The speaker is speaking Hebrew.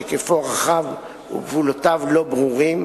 שהיקפו רחב וגבולותיו לא ברורים,